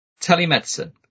telemedicine